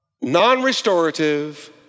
non-restorative